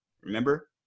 Remember